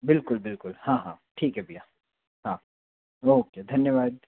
बिल्कुल बिल्कुल हाँ हाँ ठीक है भैया हाँ ओके धन्यवाद